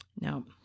no